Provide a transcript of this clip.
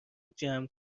جمع